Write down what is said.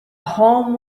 home